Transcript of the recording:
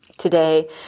today